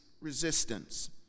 resistance